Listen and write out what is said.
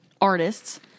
artists